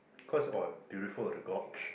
cause uh beautiful the gorge